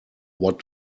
what